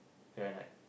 sure or not